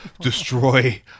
Destroy